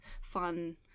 fun